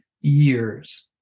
years